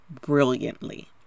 brilliantly